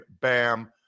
bam